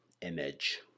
image